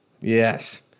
Yes